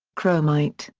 chromite,